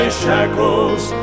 shackles